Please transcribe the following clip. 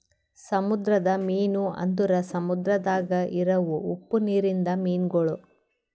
ಸಮುದ್ರದ ಮೀನು ಅಂದುರ್ ಸಮುದ್ರದಾಗ್ ಇರವು ಉಪ್ಪು ನೀರಿಂದ ಮೀನುಗೊಳ್